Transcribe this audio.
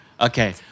Okay